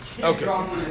Okay